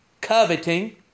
coveting